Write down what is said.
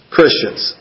Christians